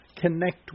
connect